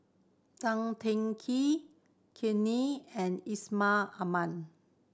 Tan Teng Kee Kam Ning and Yusman Aman